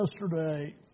yesterday